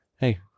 Hey